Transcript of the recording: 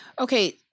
Okay